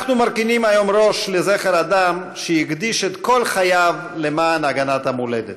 אנחנו מרכינים היום ראש לזכר אדם שהקדיש את כל חייו למען הגנת המולדת.